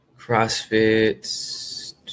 CrossFit